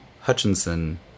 Hutchinson